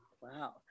Wow